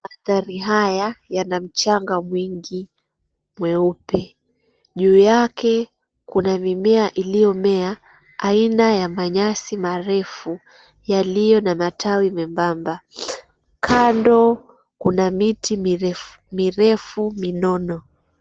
Maandhari haya yana mchanga mwingi mweupe, juu yake kuna mimea iliyomea aina ya manyasi marefu yaliyo na matawi membamba. Kando kuna miti mirefu mirefu minono.